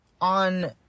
on